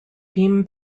beam